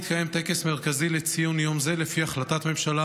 יתקיים טקס מרכזי לציון יום זה לפי החלטת הממשלה.